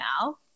now